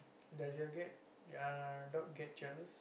does your get uh dog get jealous